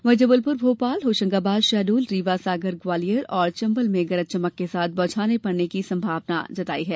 वहीं जबलपुर भोपाल होशंगाबाद शहडोल रीवा सागर ग्वालियर और चम्बल में गरज चमक के साथ बौछारें पड़ने की संभावना जताई है